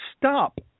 stop